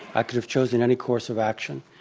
i could have chosen any course of action.